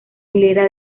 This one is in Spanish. hilera